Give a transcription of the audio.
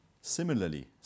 Similarly